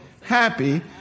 happy